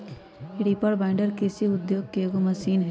reaper binder कृषि उद्योग के एगो मशीन हई